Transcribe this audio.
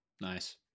Nice